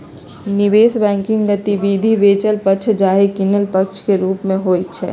निवेश बैंकिंग गतिविधि बेचल पक्ष चाहे किनल पक्ष के रूप में होइ छइ